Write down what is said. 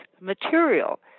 material